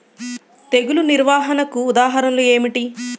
తెగులు నిర్వహణకు ఉదాహరణలు ఏమిటి?